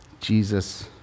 Jesus